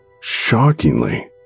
Shockingly